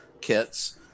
kits